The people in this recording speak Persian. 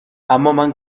امامن